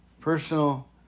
personal